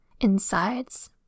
insides